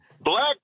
Black